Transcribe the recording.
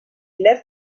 lev